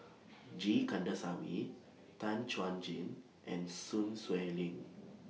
G Kandasamy Tan Chuan Jin and Sun Xueling